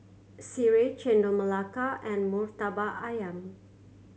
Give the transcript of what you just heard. Sireh Chendol Melaka and Murtabak Ayam